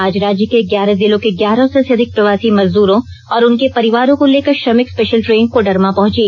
आज राज्य के ग्यारह जिलों के ग्यारह सौ से अधिक प्रवासी मजदूरों और उनके परिवारों को लेकर श्रमिक स्पेशल ट्रेन कोडरमा पहंची